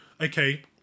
okay